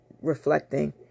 reflecting